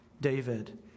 David